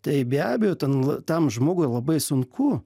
tai be abejo ten tam žmogui labai sunku